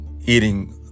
eating